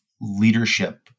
leadership